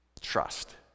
trust